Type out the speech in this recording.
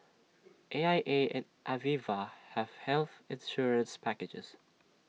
A I A and Aviva have health insurance packages